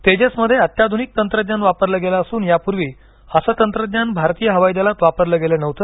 तेजसमध्ये अत्याधुनिक तंत्रज्ञान वापरलं गेलं असून यापूर्वी असं तंत्रज्ञान भारतीय हवाई दलात वापरलं गेलं नव्हत